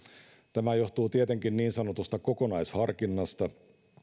tämä johtuu tietenkin niin sanotusta kokonaisharkinnasta